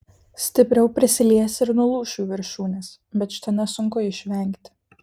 stipriau prisiliesi ir nulūš jų viršūnės bet šito nesunku išvengti